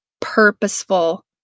purposeful